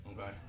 Okay